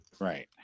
Right